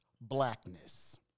blackness